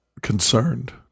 Concerned